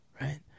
Right